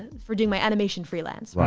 ah for doing my animation freelance.